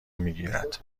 میگیرد